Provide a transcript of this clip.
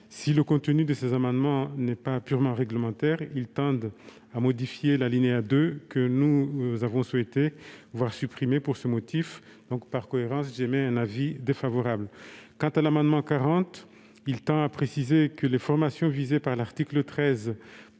Si le contenu de ces amendements n'est pas purement réglementaire, ils tendent à modifier l'alinéa 2 que nous avons souhaité voir supprimer pour ce motif. Par cohérence, la commission émet un avis défavorable sur ces amendements. L'amendement n° 40 vise à préciser que les formations visées par l'article 13